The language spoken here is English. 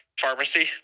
Pharmacy